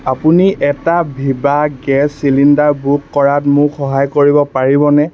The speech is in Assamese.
আপুনি এটা ভিভা গেছ চিলিণ্ডাৰ বুক কৰাত মোক সহায় কৰিব পাৰিবনে